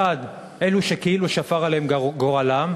אלו שכאילו שפר עליהם גורלם,